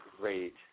great